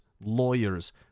lawyers